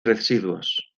residuos